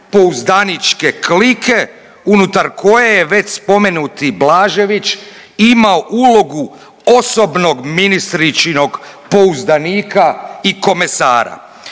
pouzdaničke klike unutar koje je već spomenuti Blažević imao ulogu osobnog ministričinog pouzdanika i komesara.